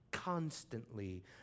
constantly